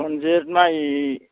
रनजित माइजों